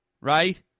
right